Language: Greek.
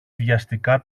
βιαστικά